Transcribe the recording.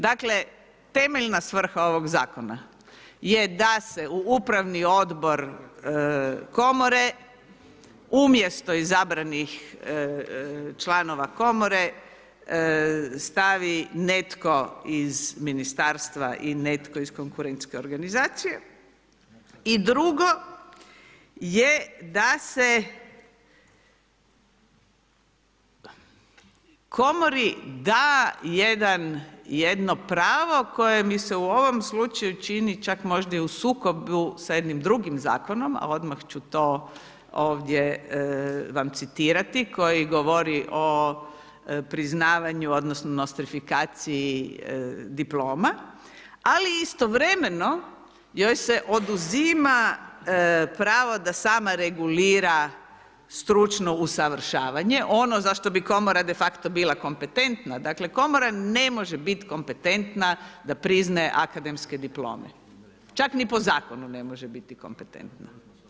Dakle, temeljna svrha ovog zakona je da se u upravni odbor komore umjesto izabranih članova komore stavi netko iz ministarstva i netko iz konkurentske organizacije i drugo je da se komori da jedno pravo koje mi se u ovom slučaju čini čak možda i u sukobu sa jednim drugim zakonom, a odmah ću to ovdje vam citirati, koji govori o priznavanju odnosno nostrifikaciji diploma ali i istovremeno joj se oduzima pravo da sama regulira stručno usavršavanje, ono za što bi komora de facto bila kompetentna, dakle, komora ne može biti kompetentna da priznaje akademske diplome, čak ni po zakonu ne može biti kompetentna.